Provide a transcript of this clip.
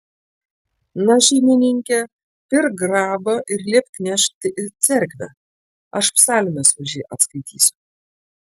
na šeimininke pirk grabą ir liepk nešti į cerkvę aš psalmes už jį atskaitysiu